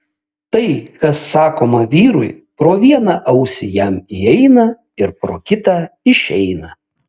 tai kas sakoma vyrui pro vieną ausį jam įeina ir pro kitą išeina